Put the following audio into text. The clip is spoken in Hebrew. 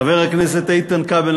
חבר הכנסת איתן כבל,